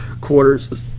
quarters